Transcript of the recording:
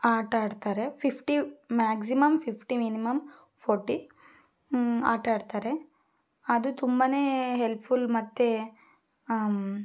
ಆಟ ಆಡ್ತಾರೆ fifty maximum fifty minimum forty ಆಟ ಆಡ್ತಾರೆ ಅದು ತುಂಬ ಹೆಲ್ಪ್ಫುಲ್ ಮತ್ತೆ